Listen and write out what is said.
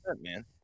man